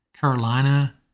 Carolina